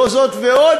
ולא זאת ועוד,